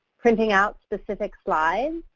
printing out specific slides,